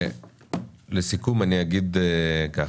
לסיכום אני אגיד כך,